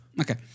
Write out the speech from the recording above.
okay